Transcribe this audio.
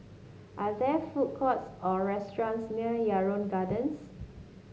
are there food courts or restaurants near Yarrow Gardens